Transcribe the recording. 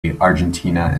argentina